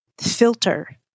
filter